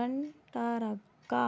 లంటారక్కా